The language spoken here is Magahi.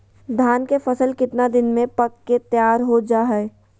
धान के फसल कितना दिन में पक के तैयार हो जा हाय?